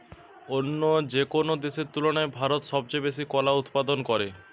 অন্য যেকোনো দেশের তুলনায় ভারত সবচেয়ে বেশি কলা উৎপাদন করে